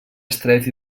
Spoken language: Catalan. estret